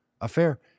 affair